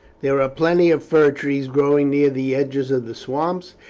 there are plenty of fir trees growing near the edges of the swamps,